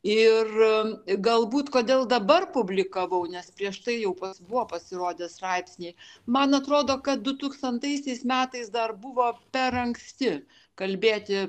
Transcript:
ir galbūt kodėl dabar publikavau nes prieš tai jau pas buvo pasirodę straipsniai man atrodo kad dutūkstantaisiais metais dar buvo per anksti kalbėti